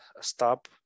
stop